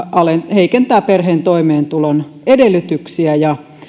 heikentää perheen toimeentulon edellytyksiä ja